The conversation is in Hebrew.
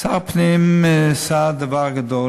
שר הפנים עשה דבר גדול,